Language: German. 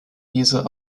dieser